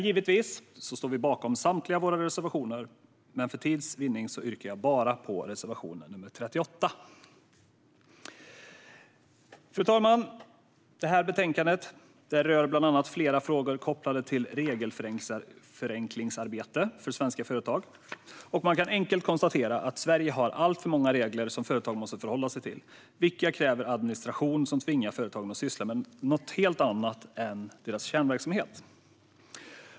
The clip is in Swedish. Givetvis står vi bakom samtliga våra reservationer, men för tids vinnande yrkar jag bifall till bara reservation nr 38. Fru talman! Betänkandet rör bland annat flera frågor kopplade till regelförenklingsarbete för svenska företag, och man kan enkelt konstatera att Sverige har alltför många regler som företag måste förhålla sig till, vilka kräver administration som tvingar företagen att syssla med något helt annat än sin kärnverksamhet.